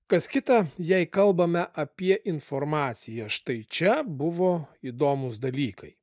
kas kita jei kalbame apie informaciją štai čia buvo įdomūs dalykai